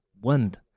wind